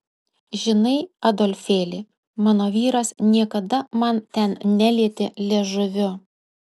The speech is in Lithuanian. žinai adolfėli mano vyras niekada man ten nelietė liežuviu